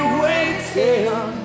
waiting